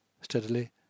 Steadily